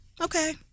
Okay